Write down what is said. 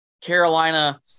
Carolina